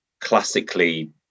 classically